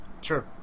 Sure